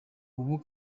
ubu